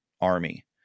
Army